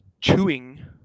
chewing